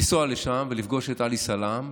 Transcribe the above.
לנסוע לשם ולפגוש את עלי סלאם,